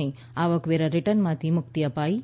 ને આવકવેરા રિટર્નમાંથી મુક્તિ અપાઈ